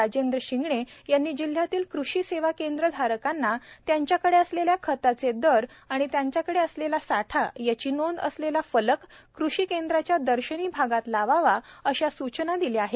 राजेंद्रजी शिंगणे यांनी जिल्ह्यातील कृषी सेवा केंद्र धारकांना त्यांच्याकडे असलेल्या खताचे दर व त्याचा त्यांच्याकडे असलेला साठा याची नोंद असलेला फलक कृषी केंद्राच्या दर्शनी भागात लावावा अश्या सूचना दिल्या आहेत